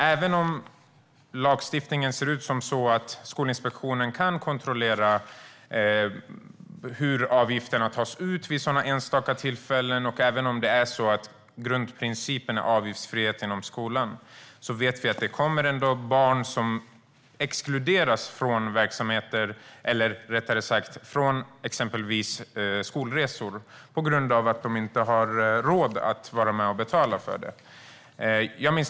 Även om lagstiftningen innebär att Skolinspektionen kan kontrollera hur avgifterna tas ut, och även om grundprincipen är avgiftsfrihet inom skolan, vet vi att det finns barn som exkluderas från exempelvis skolresor på grund av att de inte har råd att vara med och betala för dem.